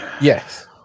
Yes